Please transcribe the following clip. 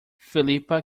philippa